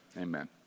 amen